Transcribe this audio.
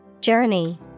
Journey